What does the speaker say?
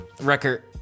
record